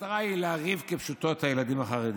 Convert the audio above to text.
המטרה היא להרעיב כפשוטו את הילדים החרדים.